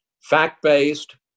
fact-based